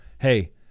Hey